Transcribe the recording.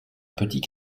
petits